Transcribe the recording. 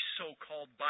so-called